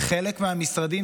חלק מהמשרדים,